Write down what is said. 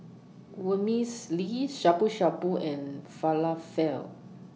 Vermicelli Shabu Shabu and Falafel